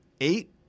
eight